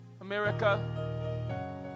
America